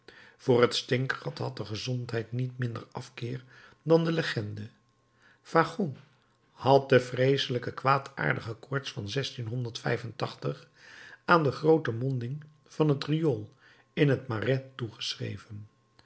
voor het stinkgat had de gezondheid niet minder afkeer dan de legende fagon had de vreeselijk kwaadaardige koorts van aan de groote monding van het riool in het marais